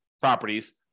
properties